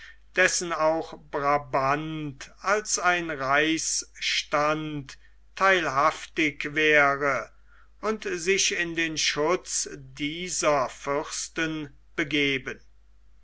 dessen auch brabant als ein reichsstand theilhaftig wäre und sich in den schutz dieser fürsten begeben